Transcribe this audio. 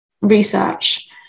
research